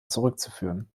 zurückzuführen